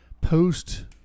post